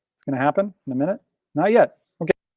it's gonna happen in a minute now yet, okay.